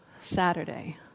Saturday